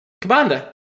Commander